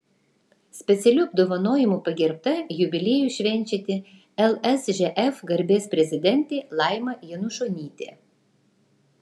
specialiu apdovanojimu pagerbta jubiliejų švenčianti lsžf garbės prezidentė laima janušonytė